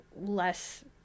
less